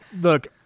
Look